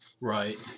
Right